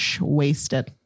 wasted